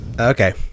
Okay